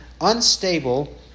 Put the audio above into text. unstable